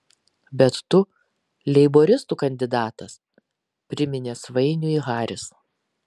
bet tu leiboristų kandidatas priminė svainiui haris